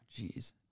Jeez